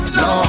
no